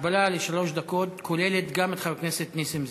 ההגבלה לשלוש דקות כוללת גם את חבר הכנסת נסים זאב.